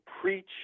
preach